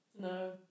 No